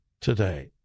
today